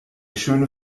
schöne